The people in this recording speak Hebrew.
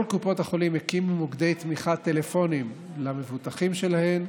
כל קופות החולים הקימו מוקדי תמיכה טלפוניים למבוטחים שלהן.